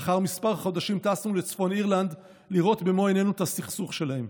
לאחר מספר חודשים טסנו לצפון אירלנד לראות במו עינינו את הסכסוך שלהם.